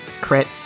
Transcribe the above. Crit